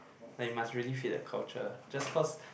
like you must really fit the culture just cause